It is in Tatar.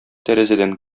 тәрәзәдән